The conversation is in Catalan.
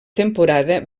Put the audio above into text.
temporada